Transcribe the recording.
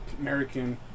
American